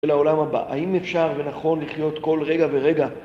לעולם הבא. האם אפשר ונכון לחיות כל רגע ורגע?